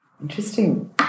Interesting